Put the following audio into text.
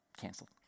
canceled